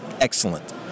excellent